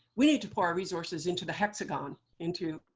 we need to pour our resources into the hexagon, into